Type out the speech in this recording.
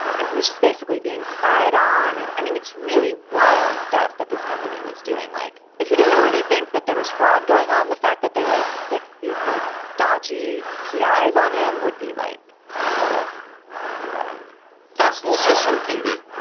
and he was just basically being spied on. and i mean, it's really wild stuff that this company was doing. like if he didn't already think that there was fraud going on, the fact that they like sick these like dodgy p i. eyes on him would be like kind of a red flag that's also something that,